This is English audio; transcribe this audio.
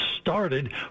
started